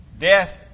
Death